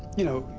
you know,